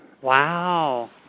Wow